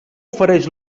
ofereix